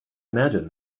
imagine